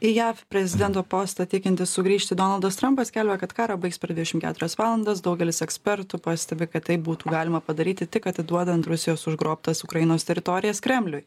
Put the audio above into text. į jav prezidento postą tikintis sugrįžti donaldas trampas skelbia kad karą baigs per dvidešim keturias valandas daugelis ekspertų pastebi kad tai būtų galima padaryti tik atiduodant rusijos užgrobtas ukrainos teritorijas kremliui